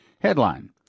Headline